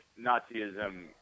nazism